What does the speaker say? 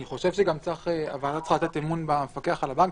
אני חושב שהוועדה צריכה לתת אמון במפקח על הבנקים,